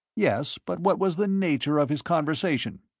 yes, but what was the nature of his conversation?